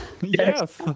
Yes